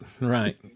Right